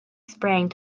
sprang